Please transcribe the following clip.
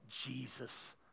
Jesus